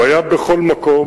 הוא היה בכל מקום.